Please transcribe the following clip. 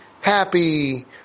happy